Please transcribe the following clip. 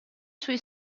suoi